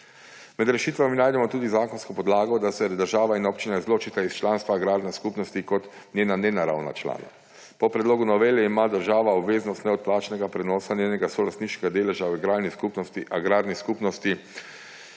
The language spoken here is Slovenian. Med rešitvami najdemo tudi zakonsko podlago, da se država in občina izločita iz članstva agrarne skupnosti kot njena nenaravna člana. Po predlogu novele ima država obveznost neodplačnega prenosa njenega solastniškega deleža v agrarni skupnosti